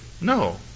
No